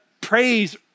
praise